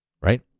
right